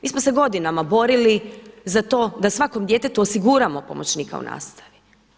Mi smo se godinama borili za to da svakom djetetu osiguramo pomoćnika u nastavi.